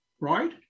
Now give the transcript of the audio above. right